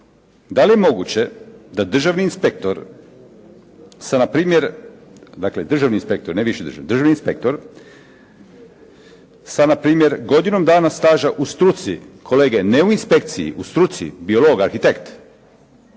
ne viši državni, državni inspektor sa na primjer godinom dana staža u struci, kolege ne u inspekciji, u struci biolog arhitekt